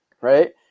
Right